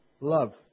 love